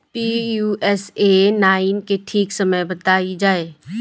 Pusa nine के ठीक समय बताई जाई?